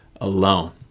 alone